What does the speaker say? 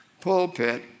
Pulpit